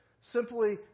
simply